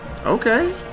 okay